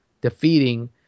defeating